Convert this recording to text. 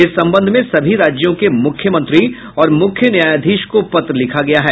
इस संबंध में सभी राज्यों के मुख्यमंत्री और मुख्य न्यायाधीश को पत्र लिखा गया है